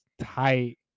tight